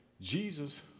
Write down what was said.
Jesus